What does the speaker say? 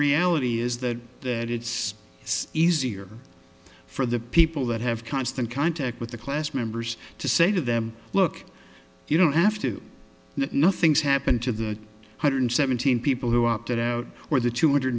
reality is that that it's it's easier for the people that have constant contact with the class members to say to them look you don't have to nothing's happened to the hundred seventeen people who opted out or the two